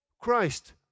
Christ